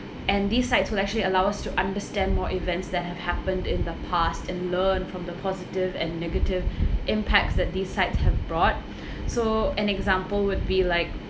and these sites will actually allow us to understand more events that have happened in the past and learn from the positive and negative impacts that these sites have brought so an example would be like